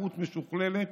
תחרות משוכללת